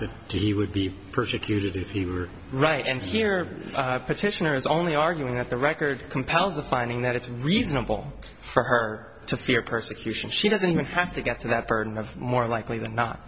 that he would be persecuted if he were right and here petitioner is only arguing that the record compels the finding that it's reasonable for her to fear persecution she doesn't even have to get to that burden of more likely than not